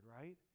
right